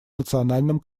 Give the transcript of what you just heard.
национальном